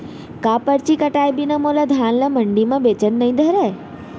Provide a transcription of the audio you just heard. का परची कटाय बिना मोला धान ल मंडी म बेचन नई धरय?